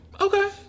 Okay